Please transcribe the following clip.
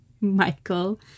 Michael